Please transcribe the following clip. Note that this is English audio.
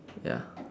ya